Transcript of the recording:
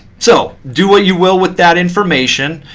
so do what you will with that information.